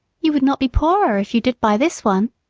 you would not be poorer if you did buy this one.